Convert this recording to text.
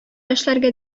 эшләргә